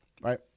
right